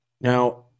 Now